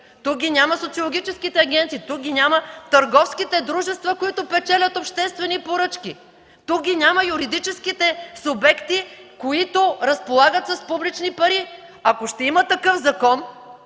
Тук ги няма социологическите агенции. Тук ги няма търговските дружества, които печелят обществени поръчки. Тук ги няма юридическите субекти, които разполагат с публични пари. Ако ще има такъв закон,